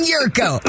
Yurko